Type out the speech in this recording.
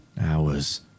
hours